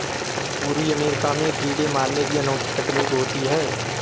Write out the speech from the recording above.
पूर्वी अमेरिका में कीड़े मारने की अनोखी तकनीक होती है